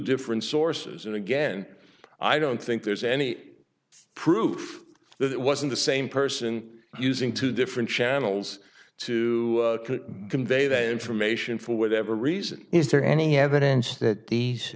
different sources and again i don't think there's any proof that it wasn't the same person using two different channels to convey the information for whatever reason is there any evidence that these